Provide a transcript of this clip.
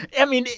i mean,